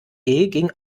ging